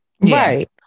Right